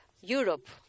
Europe